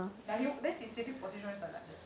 then his sitting position is like like that